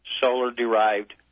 solar-derived